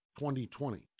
2020